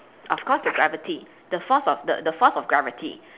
of course the gravity the force of the the force of gravity